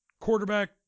quarterback